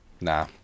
Nah